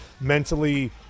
mentally